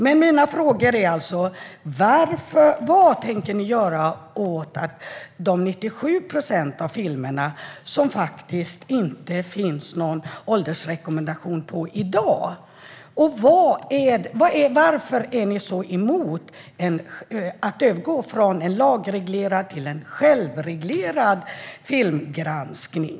Men mina frågor är alltså: Vad tänker ni göra åt de 97 procent av filmerna som det faktiskt inte finns någon åldersrekommendation för i dag? Och varför är ni så emot att övergå från en lagreglerad till en självreglerad filmgranskning?